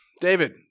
David